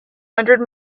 hundred